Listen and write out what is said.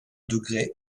degrés